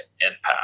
impact